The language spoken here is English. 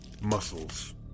muscles